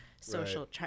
social